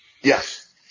Yes